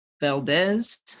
Valdez